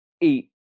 eat